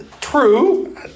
True